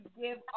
give